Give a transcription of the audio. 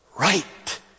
right